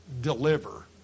deliver